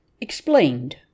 Explained